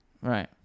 Right